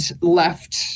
left